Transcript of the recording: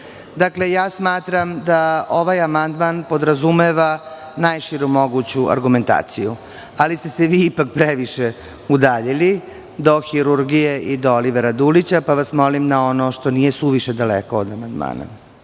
podsetim. Smatram da ovaj amandman podrazumeva najširu moguću argumentaciju, ali ste se vi previše udaljili, do hirurgije i do Olivera Dulića, pa vas molim na ono što nije suviše daleko od amandmana.)Ono